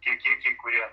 tie kiekiai kurie